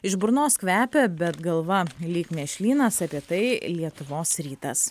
iš burnos kvepia bet galva lyg mėšlynas apie tai lietuvos rytas